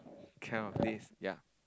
cannot please yea